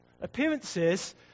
appearances